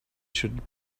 should